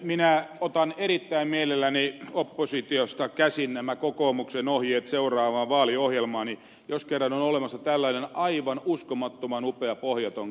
minä otan erittäin mielelläni oppositiosta käsin nämä kokoomuksen ohjeet seuraavaan vaaliohjelmaani jos kerran on olemassa tällainen aivan uskomattoman upea pohjaton kassa